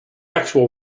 actual